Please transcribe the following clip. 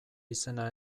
izena